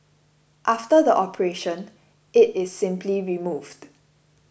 after the operation it is simply removed